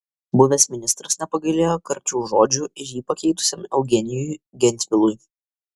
buvęs ministras nepagailėjo karčių žodžių ir jį pakeitusiam eugenijui gentvilui